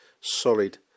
solid